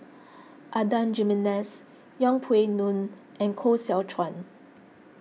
Adan Jimenez Yeng Pway Ngon and Koh Seow Chuan